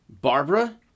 Barbara